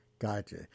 Gotcha